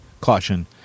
caution